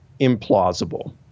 implausible